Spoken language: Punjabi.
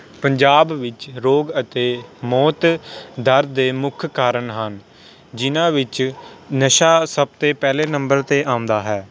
ਪੰਜਾਬ ਵਿੱਚ ਰੋਗ ਅਤੇ ਮੌਤ ਦਰ ਦੇ ਮੁੱਖ ਕਾਰਨ ਹਨ ਜਿਹਨਾਂ ਵਿੱਚ ਨਸ਼ਾ ਸਭ ਤੋਂ ਪਹਿਲੇ ਨੰਬਰ 'ਤੇ ਆਉਂਦਾ ਹੈ